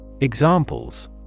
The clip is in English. Examples